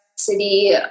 city